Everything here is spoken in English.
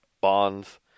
Bonds